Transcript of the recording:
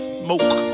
smoke